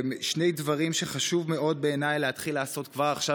שני דברים שחשוב מאוד בעיניי להתחיל לעשות כבר עכשיו,